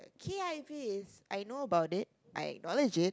K_I_V is I know about it I acknowledge it